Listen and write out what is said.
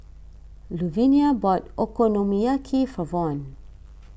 Luvinia bought Okonomiyaki for Von